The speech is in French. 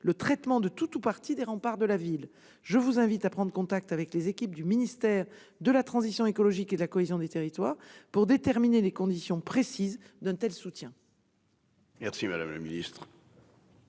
le traitement de tout ou partie des remparts de la ville. Je vous invite à prendre contact avec les équipes du ministère de la transition écologique et de la cohésion des territoires pour déterminer les conditions précises d'un tel soutien. La parole est